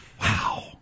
Wow